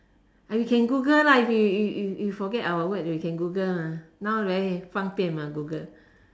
and we can google lah if we we we if forget our what we can google lah now very 方便 mah google